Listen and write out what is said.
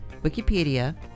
Wikipedia